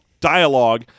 dialogue